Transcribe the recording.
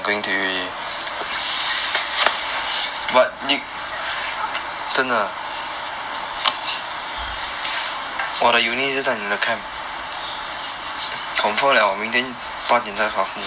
wait wait wait 等一下 !huh! so mm